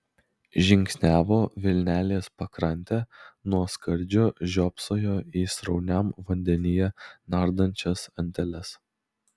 žingsniavo vilnelės pakrante nuo skardžio žiopsojo į srauniam vandenyje nardančias anteles